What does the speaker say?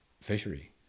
fishery